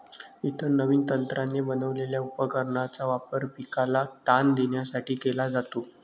इतर नवीन तंत्राने बनवलेल्या उपकरणांचा वापर पिकाला ताण देण्यासाठी केला जातो